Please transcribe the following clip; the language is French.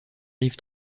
rives